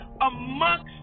amongst